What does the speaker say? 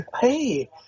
Hey